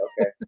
okay